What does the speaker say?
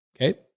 Okay